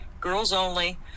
girls-only